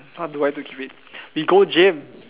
how do I keep fit we go gym